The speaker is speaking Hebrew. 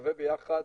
נחווה ביחד,